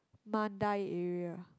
Mandai area